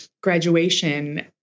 graduation